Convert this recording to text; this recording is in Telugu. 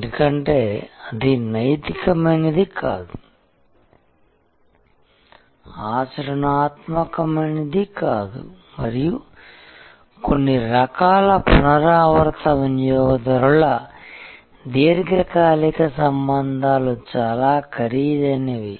ఎందుకంటే అది నైతికమైనది కాదు ఆచరణాత్మకమైనది కాదు మరియు కొన్ని రకాల పునరావృత వినియోగదారుల దీర్ఘకాలిక సంబంధాలు చాలా ఖరీదైనవి